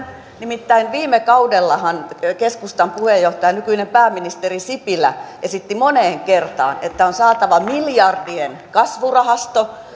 nimittäin viime kaudellahan keskustan puheenjohtaja nykyinen pääministeri sipilä esitti moneen kertaan että on saatava miljardien kasvurahasto